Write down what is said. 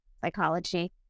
Psychology